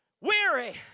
weary